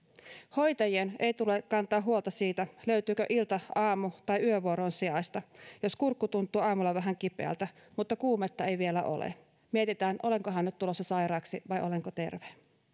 hoitajien ei tule kantaa huolta siitä löytyykö ilta aamu tai yövuoroon sijaista jos kurkku tuntuu aamulla vähän kipeältä mutta kuumetta ei vielä ole ja mietitään olenkohan nyt tulossa sairaaksi vai olenko terve